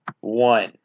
one